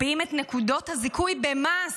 מקפיאים את נקודות הזיכוי במס.